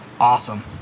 awesome